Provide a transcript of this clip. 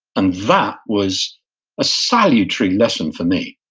and that was a salutary lesson for me,